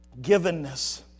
givenness